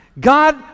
God